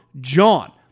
JOHN